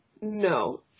no